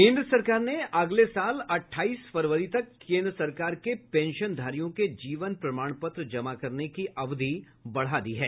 केन्द्र सरकार ने अगले साल अट्ठाईस फरवरी तक केंद्र सरकार के पेंशनधारियों के जीवन प्रमाणपत्र जमा करने की अवधि बढ़ा दी है